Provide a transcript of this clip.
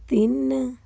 ਤਿੰਨ